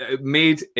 made